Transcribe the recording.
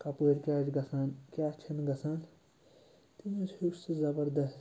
کَپٲرۍ کیٛاہ چھُ گَژھان کیٛاہ چھِنہٕ گَژھان تٔمۍ حظ ہیوٚچھ سُہ زَبردَس